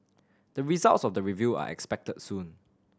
the results of the review are expected soon